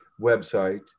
website